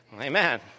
Amen